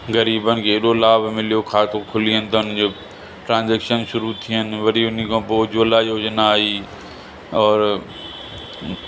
ग़रीबनि खे एॾो लाभ मिलियो खातो खुली वियनि त उन्हनि जो ट्राजेंक्शन शुरू थी वियनि वरी उन खां पोइ उज्जवला योजना आई और